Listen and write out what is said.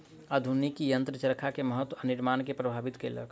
आधुनिक यंत्र चरखा के महत्त्व आ निर्माण के प्रभावित केलक